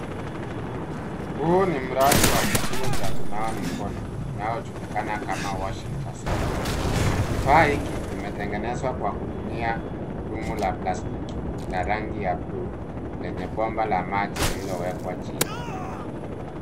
Huu ni mradi wa kituo cha kunawa mikono inayojulikana kama washing facility . Kifaa hiki kimetengenezwa kwa kutumia dumu la plastiki la rangi ya buluu lenye bomba la maji lililowekwa chini.